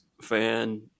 fan